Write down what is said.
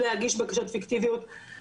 זה הובא לידיעתנו לאחרונה,